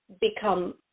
become